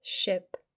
ship